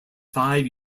five